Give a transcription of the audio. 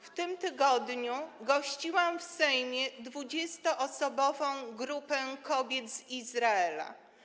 W tym tygodniu gościłam w Sejmie 20-osobową grupę kobiet z Izraela.